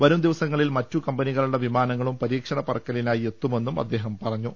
വരും ദിവസങ്ങളിൽ മറ്റു കമ്പനികളുടെ വിമാനങ്ങളും പരീക്ഷണപറക്കലിനായി എത്തുമെന്നും അദ്ദേഹം പറഞ്ഞു